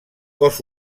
cos